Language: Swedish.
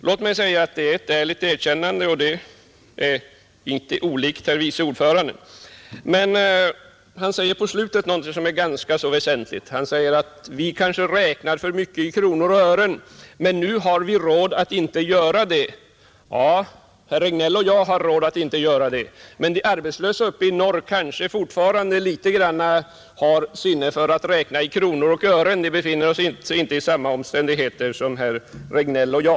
Låt mig säga att det är ett ärligt erkännande, och det är inte olikt herr vice ordföranden i utskottet. Men han sade mot slutet någonting som är väsentligt, nämligen att vi kanske räknar för mycket i kronor och ören. Nu har vi råd att inte göra det, sade herr Regnéll. Ja, herr Regnéll och jag har råd att inte göra det, men de arbetslösa uppe i norr kanske fortfarande litet grand har sinne för att räkna i kronor och ören. De befinner sig inte i samma omständigheter som herr Regnéll och jag.